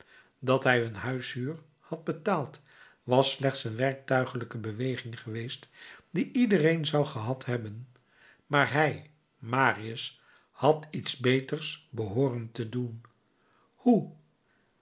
dat hij hun huishuur had betaald was slechts een werktuiglijke beweging geweest die iedereen zou gehad hebben maar hij marius had iets beter behooren te doen hoe